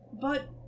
But